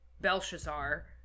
Belshazzar